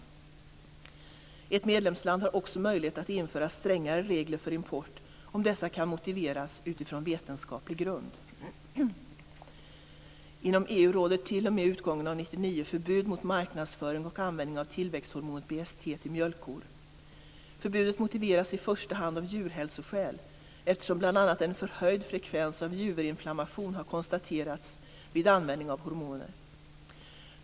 Ett medlemsland har också möjlighet att införa strängare regler för import om dessa kan motiveras utifrån vetenskaplig grund. Inom EU råder t.o.m. utgången av 1999 förbud mot marknadsföring och användning av tillväxthormonet BST för mjölkkor. Förbudet motiveras i första hand av djurhälsoskäl, eftersom bl.a. en förhöjd frekvens av juverinflammationer har konstaterats vid användning av hormonet.